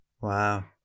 Wow